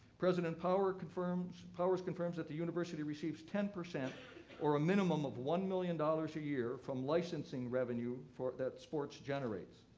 president powers confirms powers confirms that the university receives ten percent or a minimum of one million dollars a year from licensing revenue that sports generate.